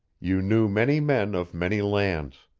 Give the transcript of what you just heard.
you knew many men of many lands.